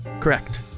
Correct